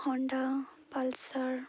Honda pulsar